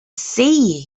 sea